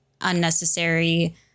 unnecessary